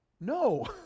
no